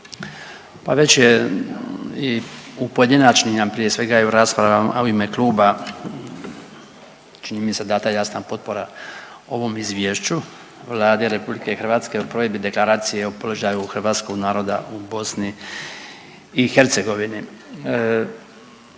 Pa već je i u pojedinačnim a i prije svega i u raspravama u ime kluba čini mi se da ta jasna potpora ovom izvješću Vlade Republike Hrvatske o provedbi deklaracije o položaju hrvatskog naroda u Bosni i Hercegovini.